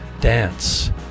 dance